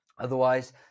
Otherwise